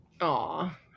Aw